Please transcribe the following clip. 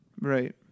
Right